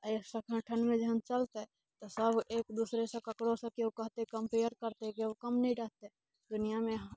एहि सङ्गठनमे जहन चलतै तऽ सब एक दूसरेसँ ककरोसँ केओ कहतै कम्पेयर करतै केओ कम नहि रहतै दुनियामे